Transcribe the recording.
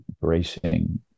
bracing